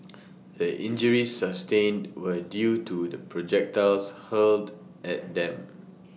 the injuries sustained were due to projectiles hurled at them